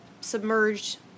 submerged